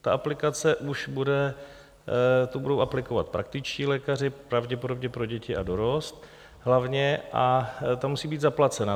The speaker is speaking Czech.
Ta aplikace už bude, to budou aplikovat praktičtí lékaři, pravděpodobně pro děti a dorost hlavně, a ta musí být zaplacena.